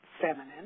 feminine